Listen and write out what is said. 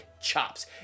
chops